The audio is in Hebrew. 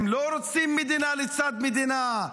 הם לא רוצים מדינה לצד מדינה,